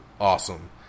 awesome